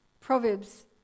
Proverbs